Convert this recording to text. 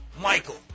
Michael